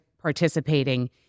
participating